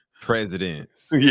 presidents